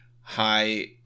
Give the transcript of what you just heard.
high –